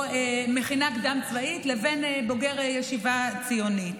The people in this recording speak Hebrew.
מכינה קדם-צבאית לבין בוגר ישיבה ציונית.